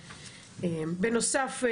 בנוסף,